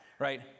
Right